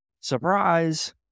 surprise